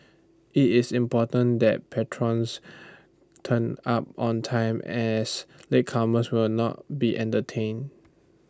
IT is important that patrons turn up on time as latecomers will not be entertain